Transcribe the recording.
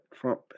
Trump